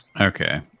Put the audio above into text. Okay